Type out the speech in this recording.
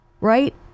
right